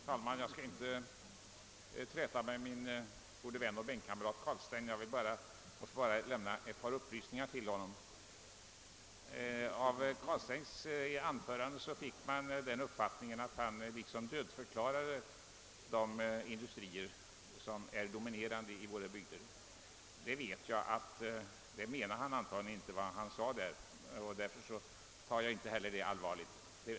Herr talman! Jag skall inte träta med min gamle gode vän och bänkkamrat herr Carlstein, men jag vill lämna ett par upplysningar till honom. Av herr Carlsteins anförande kunde man få den uppfattningen att han dödförklarade de industrier som är dominerande i våra hembygder. Han menade antagligen inte detta, och därför uppfattar jag det inte heller så allvarligt.